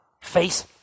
face